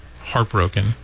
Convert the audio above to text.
heartbroken